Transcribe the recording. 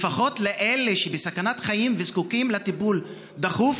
לפחות לאלה שבסכנת חיים וזקוקים לטיפול דחוף,